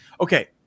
Okay